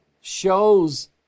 shows